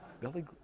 Billy